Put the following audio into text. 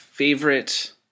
Favorite